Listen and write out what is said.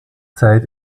zeit